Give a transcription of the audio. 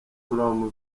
from